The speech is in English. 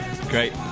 Great